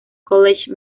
college